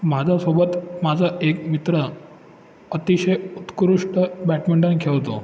माझ्यासोबत माझा एक मित्र अतिशय उत्कृष्ट बॅडमिंटन खेळतो